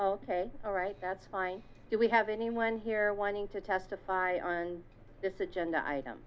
larson ok all right that's fine do we have anyone here wanting to testify on this agenda item